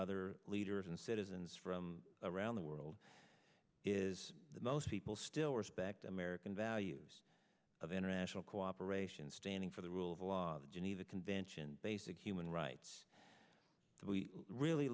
other leaders and citizens from around the world is that most people still respect american values of international cooperation standing for the rule of law the geneva convention basic human rights but we really